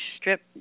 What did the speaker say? strip